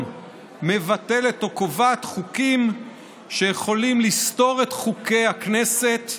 מבטלת או קובעת חוקים שיכולים לסתור את חוקי הכנסת.